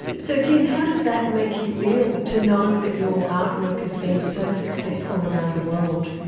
so tim, how does that make you feel, to know that your artwork has been so successful around the world?